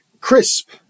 crisp